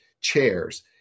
chairs